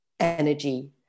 energy